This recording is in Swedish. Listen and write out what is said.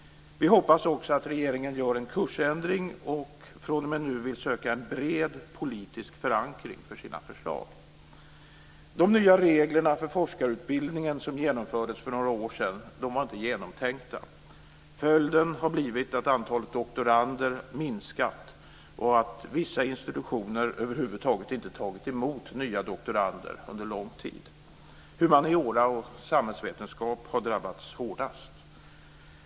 Vi hoppas också att regeringen gör en kursändring och fr.o.m. nu vill söka en bred politisk förankring för sina förslag. De nya regler för forskarutbildningen som genomfördes för några år sedan var inte genomtänkta. Följden har blivit att antalet doktorander minskat och att vissa institutioner över huvud taget inte tagit emot nya doktorander under lång tid. Humaniora och samhällsvetenskap har drabbats hårdast.